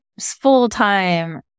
full-time